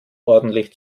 ordentlich